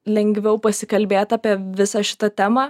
lengviau pasikalbėt apie visą šitą temą